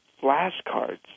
flashcards